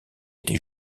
était